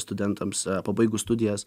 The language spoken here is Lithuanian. studentams pabaigus studijas